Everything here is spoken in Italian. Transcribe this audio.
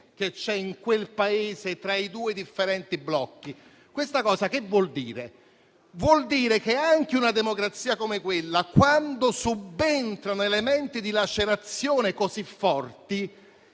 che c'è in quel Paese tra i due differenti blocchi. Questa cosa vuol dire che anche una democrazia come quella, quando subentrano elementi di lacerazione così forti,